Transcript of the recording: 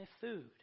food